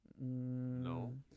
No